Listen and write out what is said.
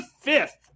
fifth